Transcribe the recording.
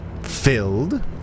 filled